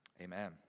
amen